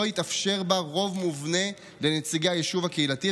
יתאפשר בה רוב מובנה לנציגי היישוב הקהילתי,